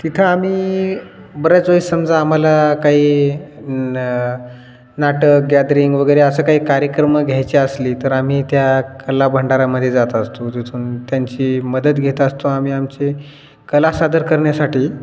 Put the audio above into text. तिथं आम्ही बऱ्याच वेळेस समजा आम्हाला काही ना नाटक गॅदरिंग वगैरे असं काही कार्यक्रम घ्यायचे असले तर आम्ही त्या कला भंडारामध्ये जात असतो जिथून त्यांची मदत घेत असतो आम्ही आमचे कला सादर करण्यासाठी